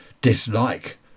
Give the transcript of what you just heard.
dislike